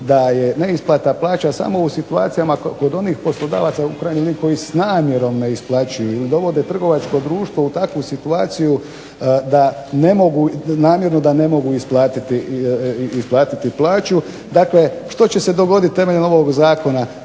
da je neisplata plaća samo kod onih poslodavaca u krajnjoj liniji s namjerom ne isplaćuju i dovode u trgovačko društvo u takvu situaciju namjerno da ne mogu isplatiti plaću. Dakle, što će se dogoditi temeljem ovog Zakona,